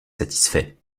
satisfait